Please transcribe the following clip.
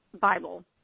Bible